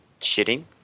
shitting